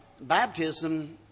Baptism